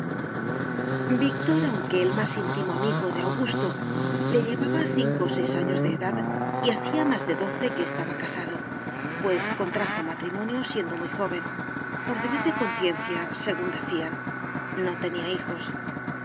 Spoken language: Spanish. víctor aunque el más íntimo amigo de augusto le llevaba cinco o seis años de edad y hacía más de doce que estaba casado pues contrajo matrimonio siendo muy joven por deber de conciencia según decían no tenía hijos